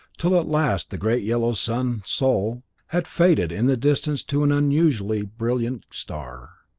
till at last the great yellow sun, sol, had faded in the distance to an unusually brilliant star.